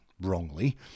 wrongly